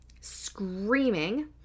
Screaming